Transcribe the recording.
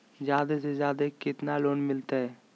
जादे से जादे कितना लोन मिलते?